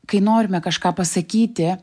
kai norime kažką pasakyti